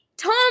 Tom